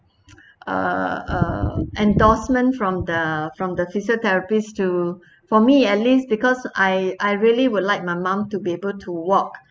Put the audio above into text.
a a endorsement from the from the physiotherapist to for me at least because I I really would like my mum to be able to walk